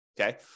Okay